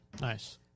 Nice